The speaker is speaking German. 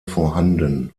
vorhanden